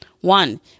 One